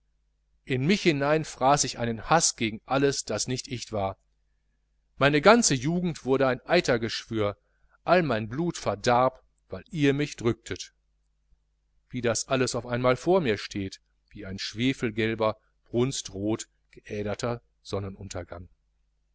in mich hinein fraß ich einen haß gegen alles das nicht ich war meine ganze jugend wurde ein eitergeschwür all mein blut verdarb weil ihr mich drücktet wie das alles auf einmal vor mir steht wie ein schwefelgelber brunstrot geäderter sonnenuntergang